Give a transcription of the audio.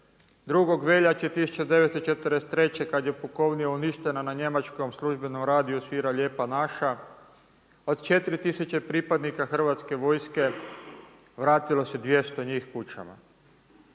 2. veljače 1943. kada je pukovnija uništena na njemačkom službenom radiju svira „Lijepa naša“, od 4 tisuće pripadnika Hrvatske vojske vratilo se 200 njih kućama.